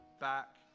back